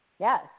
yes